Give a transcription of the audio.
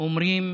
אומרים